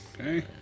Okay